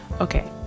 Okay